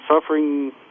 suffering